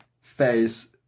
face